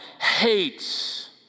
hates